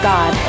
God